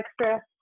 extra